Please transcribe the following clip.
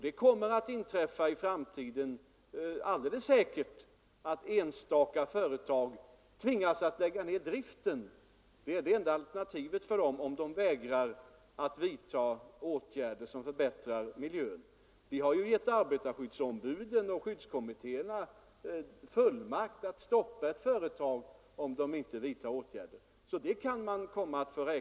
Det kommer 1077 alldeles säkert att inträffa i framtiden att enstaka företag tvingas att lägga ned driften. Det är det enda alternativet för dem, om de vägrar vidta åtgärder som förbättrar arbetsmiljön. Vi har ju givit arbetarskyddsombuden och skyddskommittéerna fullmakt att stoppa ett företag, om det inte vidtar åtgärder som det blivit ålagt att utföra.